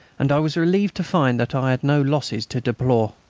and i was relieved to find that i had no losses to deplore.